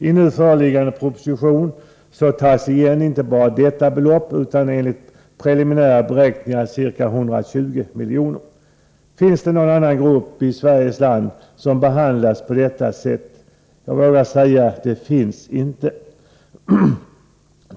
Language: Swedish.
I föreliggande proposition tas igen inte bara detta belopp utan enligt preliminära beräkningar ca 120 milj.kr. Finns det någon annan grupp i Sveriges land som behandlas på samma sätt? Jag vågar säga: Det finns det inte.